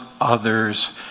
others